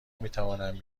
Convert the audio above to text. میتوانند